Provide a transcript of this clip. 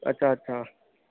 अच्छा अच्छा